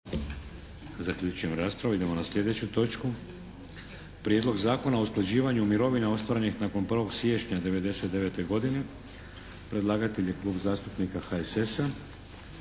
Vladimir (HDZ)** Idemo na sljedeću točku: - Prijedlog zakona o usklađivanju mirovina ostvarenih nakon 1. siječnja 1999. godine. – Predlagatelj Klub zastupnika HSS-a,